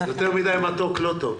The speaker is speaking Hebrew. יותר מדי מתוק, לא טוב.